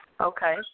Okay